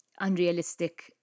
unrealistic